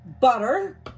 butter